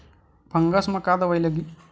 Fungus म का दवाई लगी?